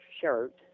shirt